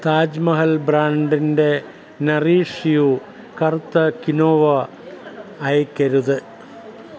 താജ്മഹൽ ബ്രാൻഡിന്റെ നറിഷ്യൂ കറുത്ത ക്വിനോവ അയയ്ക്കരുത്